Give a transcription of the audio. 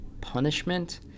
punishment